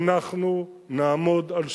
אנחנו נעמוד על שלנו.